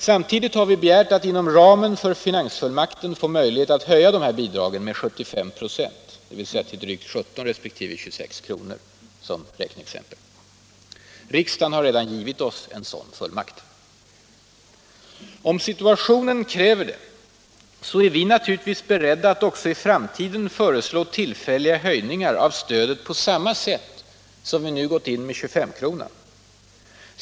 Samtidigt har vi begärt att inom ramen för finansfullmakten få möjlighet att höja dessa bidrag med 75 96, Riksdagen har också givit oss en sådan fullmakt. Om situationen kräver det, är vi naturligtvis beredda att även i framtiden föreslå tillfälliga höjningar av stödet på samma sätt som vi nu gått in med 2S-kronan.